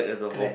correct